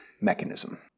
mechanism